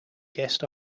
guest